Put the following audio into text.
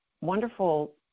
wonderful